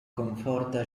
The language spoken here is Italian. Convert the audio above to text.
conforta